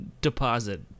deposit